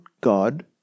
God